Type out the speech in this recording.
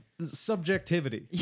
subjectivity